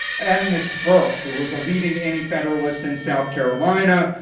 aedanus burke, who was a leading antifederalist in south carolina,